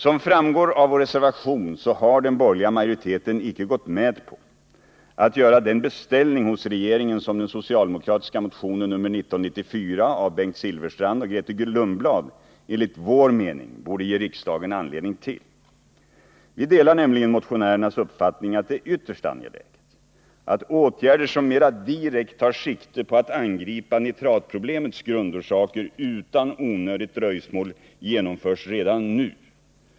Som framgår av vår reservation har den borgerliga majoriteten icke gått med på att göra den beställning hos regeringen som den socialdemokratiska motionen 1978/79:1994 av Bengt Silfverstrand och Grethe Lundblad enligt vår mening borde ge riksdagen anledning till. Vi delar nämligen motionärernas uppfattning att det är ytterst angeläget att åtgärder som mera direkt tar sikte på att angripa nitratproblemets grundorsaker utan onödigt dröjsmål genomförs redan nu.